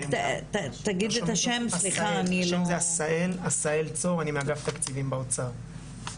שמי עשהאל צור, אני מאגף תקציבים באוצר.